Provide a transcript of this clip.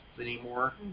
anymore